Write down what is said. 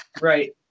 Right